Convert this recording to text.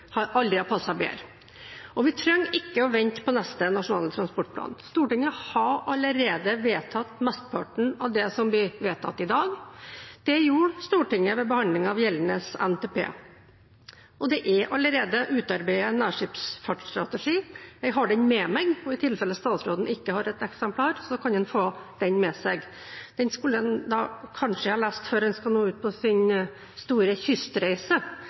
har passet bedre. Vi trenger ikke å vente på neste nasjonale transportplan. Stortinget har allerede vedtatt mesteparten av det som blir vedtatt i dag. Det gjorde Stortinget ved behandling av gjeldende NTP. Det er allerede utarbeidet en nærskipsfartstrategi. Jeg har den med meg, og i tilfelle statsråden ikke har et eksemplar, så kan han få den med seg. Den skulle han kanskje ha lest før han nå skal ut på sin store kystreise,